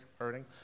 hurting